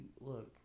look